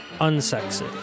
unsexy